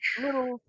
little